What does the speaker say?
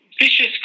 Vicious